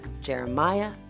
Jeremiah